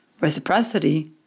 reciprocity